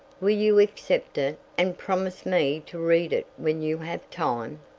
will you accept it, and promise me to read it when you have time?